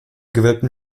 gewölbten